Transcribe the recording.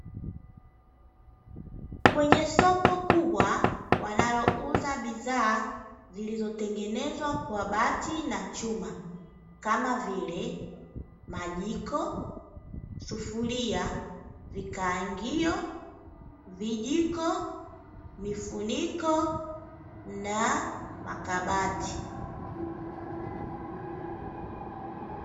Kwenye soko kubwa wanalouza bidhaa zilizotengenezwa kwa bati na chuma kama vile majiko, sufuria, vikaangio, vijiko, mifuniko na makabati.